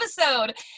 episode